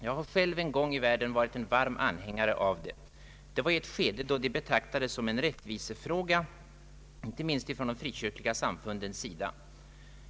Jag har själv en gång varit en varm anhängare av det. Det var i ett skede då det betraktades som en rättvisefråga, inte minst från de frikyrkliga samfundens sida.